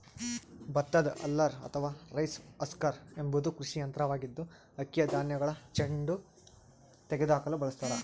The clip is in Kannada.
ಭತ್ತದ ಹಲ್ಲರ್ ಅಥವಾ ರೈಸ್ ಹಸ್ಕರ್ ಎಂಬುದು ಕೃಷಿ ಯಂತ್ರವಾಗಿದ್ದು, ಅಕ್ಕಿಯ ಧಾನ್ಯಗಳ ಜೊಂಡು ತೆಗೆದುಹಾಕಲು ಬಳಸತಾರ